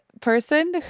person